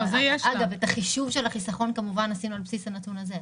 את החישוב של החיסכון כמובן עשינו על בסיס הנתון הזה.